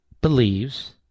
believes